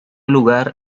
lugar